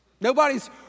Nobody's